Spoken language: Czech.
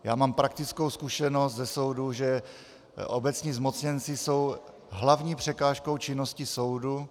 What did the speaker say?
Já mám praktickou zkušenost ze soudů, že obecní zmocněnci jsou hlavní překážkou činnosti soudu.